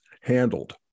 handled